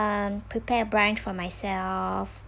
um prepare brunch for myself